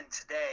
today